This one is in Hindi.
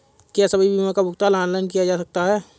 क्या सभी बीमा का भुगतान ऑनलाइन किया जा सकता है?